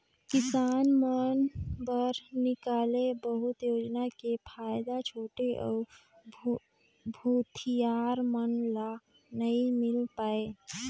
किसान मन बर निकाले बहुत योजना के फायदा छोटे अउ भूथियार मन ल नइ मिल पाये